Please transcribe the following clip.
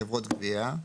חברות גבייה.